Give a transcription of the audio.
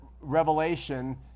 revelation